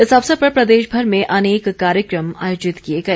इस अवसर पर प्रदेशभर में अनेक कार्यक्रम आयोजित किए गए